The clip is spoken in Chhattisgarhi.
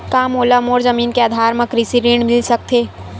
का मोला मोर जमीन के आधार म कृषि ऋण मिल सकत हे?